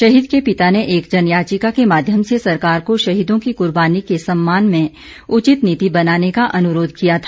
शहीद के पिता ने एक जन याचिका के माध्यम से सरकार को शहीदों की कूर्बानी के सम्मान में उचित नीति बनाने का अनुरोध किया था